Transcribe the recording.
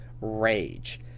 rage